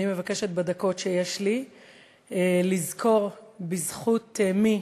אני מבקשת בדקות שיש לי לזכור בזכות מי